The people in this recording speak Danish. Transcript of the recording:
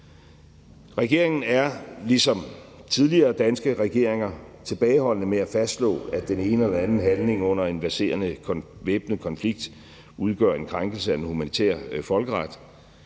Regeringen er, ligesom tidligere danske regeringer, tilbageholdende med at fastslå, at den ene eller den anden handling under en verserende væbnet konflikt udgør en krænkelse af den humanitære folkeret.